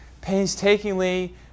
painstakingly